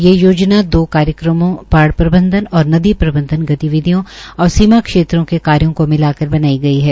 ये योजना दो कार्यक्रमों बाढ़ प्रबंधन और नदी प्रबंधन गतिविधियों और सीमा क्षेत्रों के कार्यो को मिलाकर बनाई गई है